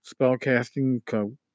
spellcasting